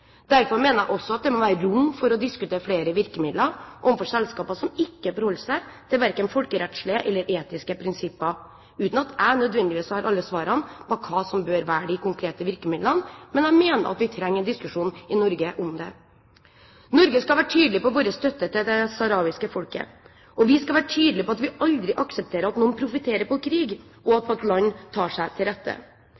Derfor mener jeg også at det må være rom for å diskutere flere virkemidler overfor selskaper som ikke forholder seg til verken folkerettslige eller etiske prinsipper, uten at jeg nødvendigvis har alle svarene på hva som bør være de konkrete virkemidlene. Men jeg mener at vi trenger en diskusjon i Norge om det. Norge skal være tydelig på sin støtte til det sahrawiske folket, og vi skal være tydelig på at vi aldri aksepterer at noen profitterer på krig og at